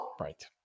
Right